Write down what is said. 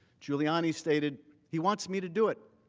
giuliana stated he wants me to do it.